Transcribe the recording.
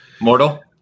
Mortal